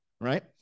right